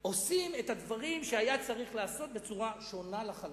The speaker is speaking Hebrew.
עושים את הדברים שהיה צריך לעשות בצורה שונה לחלוטין.